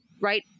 right